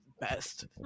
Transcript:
best